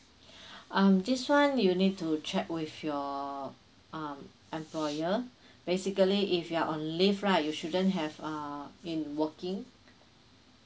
um this one you need to check with your um employer basically if you're on leave right you shouldn't have uh in working